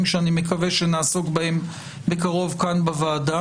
שאני מקווה שנעסוק בהם בקרוב כאן בוועדה.